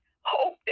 hope